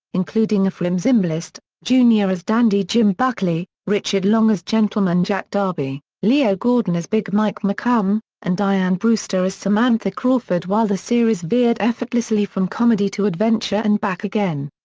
including efrem zimbalist, jr as dandy jim buckley, richard long as gentleman jack darby, leo gordon as big mike mccomb, and diane brewster as samantha crawford while the series veered effortlessly from comedy to adventure and back again.